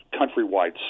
countrywide